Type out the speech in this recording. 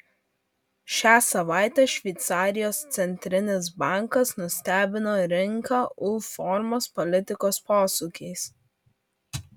šią savaitę šveicarijos centrinis bankas nustebino rinką u formos politikos posūkiais